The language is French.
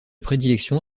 prédilection